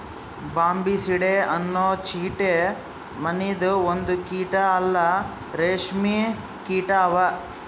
Bombycidae ಅನೊ ಚಿಟ್ಟೆ ಮನಿದು ಒಂದು ಕೀಟ ಇಲ್ಲಾ ರೇಷ್ಮೆ ಕೀಟ ಅವಾ